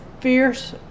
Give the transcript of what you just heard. fierce